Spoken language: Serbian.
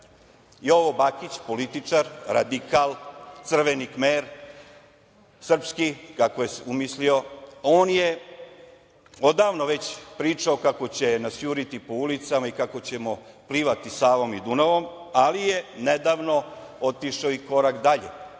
Jovo Bakić, političar, radikal, Crveni Kmer, srpski kako je umislio, on je odavno već pričao kako će nas juriti po ulicama i kako ćemo plivati Savom i Dunavom, ali je nedavno otišao i korak dalje,